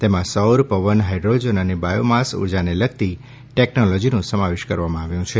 તેમાં સૌર પવન હાઇડ્રોજન અને બાયોમાસ ઉર્જાને લગતી ટેકનોલોજીનો સમાવેશ કરવામાં આવ્યો છે